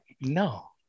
no